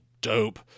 dope